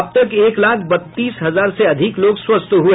अब तक एक लाख बत्तीस हजार से अधिक लोग स्वस्थ हए